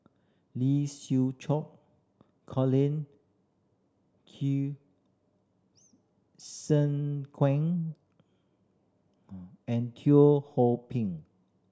Lee Siew Choh Colin Q Zhe Quan and Teo Ho Pin